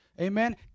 Amen